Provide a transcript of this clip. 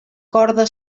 corda